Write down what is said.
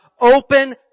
open